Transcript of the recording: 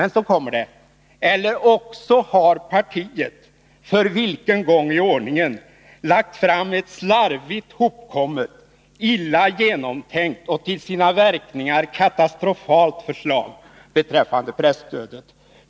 Nr 118 Eller också har partiet — för vilken gång i ordningen? — lagt fram ett slarvigt Onsdagen den hopkommet, illa genomtänkt och till sina verkningar katastrofalt förslag 14 april 1982 beträffande presstödet.